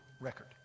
record